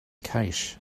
cache